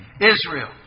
Israel